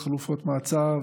חלופות מעצר,